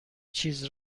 چیز